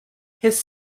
his